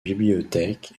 bibliothèque